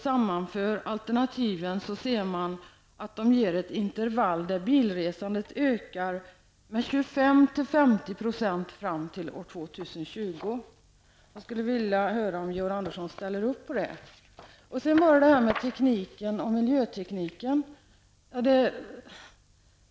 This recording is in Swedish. Sammanför man alternativen ser man att de ger ett intervall där bilresandet ökar med 25 à 50 % fram till år 2020. Jag skulle vilja höra om Georg Andersson ställer upp på detta. Så till frågan om miljötekniken.